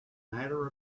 matter